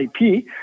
IP